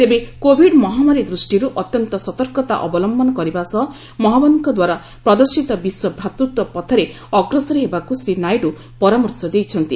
ତେବେ କୋଭିଡ ମହାମାରୀ ଦୃଷ୍ଟିରୁ ଅତ୍ୟନ୍ତ ସତର୍କତା ଅବଲମ୍ଘନ କରିବା ସହ ମହଞ୍ଜଦଙ୍କ ଦ୍ୱାରା ପ୍ରଦର୍ଶିତ ବିଶ୍ୱ ଭ୍ରାତୃତ୍ୱ ପଥରେ ଅଗ୍ରସର ହେବାକୁ ଶ୍ରୀ ନାଇଡୁ ପରାମର୍ଶ ଦେଇଛନ୍ତି